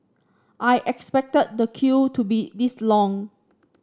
I expected the queue to be this long